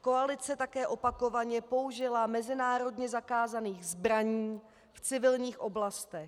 Koalice také opakovaně použila mezinárodně zakázaných zbraní v civilních oblastech.